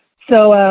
so,